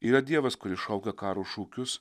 yra dievas kuris šoka karo šūkius